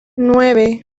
nueve